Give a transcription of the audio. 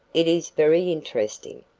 it is very interesting.